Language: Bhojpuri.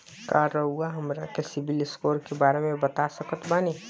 का रउआ हमरा के सिबिल स्कोर के बारे में बता सकत बानी?